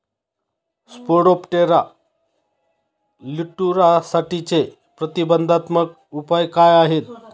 Spodoptera लिट्युरासाठीचे प्रतिबंधात्मक उपाय काय आहेत?